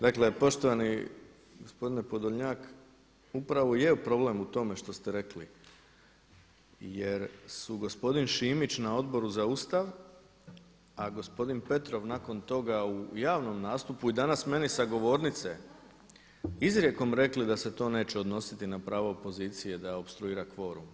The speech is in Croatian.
Dakle, poštovani gospodine Podlnjak, upravo je problem u tome što ste rekli jer su gospodin Šimić na Odboru za Ustav a gospodin Petrov nakon toga u javnom nastupu i danas meni sa govornice izrijekom rekli da se to neće odnositi na pravo opozicije da opstruira kvorum.